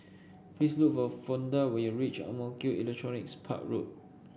please look for Fonda when you reach Ang Mo Kio Electronics Park Road